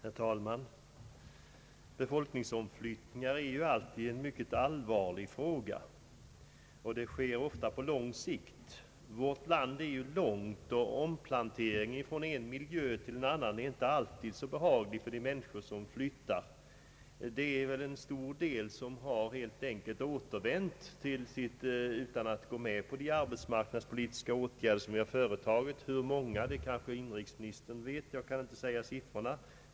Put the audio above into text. Herr talman! = Befolkningsomflyttningar är ju alltid en mycket allvarlig fråga, och de sker ofta på lång sikt. Vårt land är långsträckt, och omplanteringen från en miljö till en annan är inte alltid så behaglig för de människor som flyttar. En stor del har också återvänt utan att ha begagnat de arbetsmarknadspolitiska åtgärder som vi har företagit. Hur många vet kanske inrikesministern. Jag kan inte ange siffrorna.